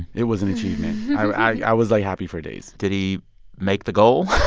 it was an achievement i was, like, happy for days did he make the goal?